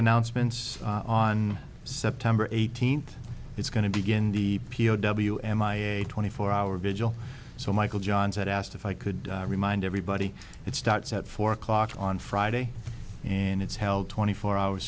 announcements on september eighteenth it's going to begin the p o w m i a twenty four hour vigil so michael johns asked if i could remind everybody it starts four o'clock on friday and it's held twenty four hours